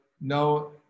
no